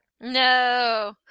No